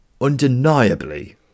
undeniably